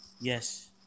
Yes